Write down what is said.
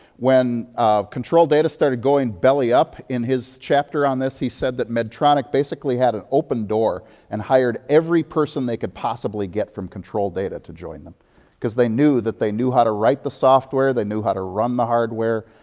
when control data started going belly-up, in his chapter on this, he said that medtronic basically had an open door and hired every person they could possibly get from control data to join them ecuase they knew that they knew how to write the software, they knew how to run the hardware,